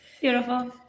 beautiful